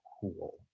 cool